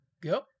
Go